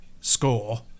score